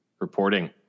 reporting